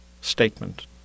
statement